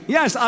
Yes